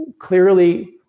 Clearly